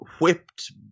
whipped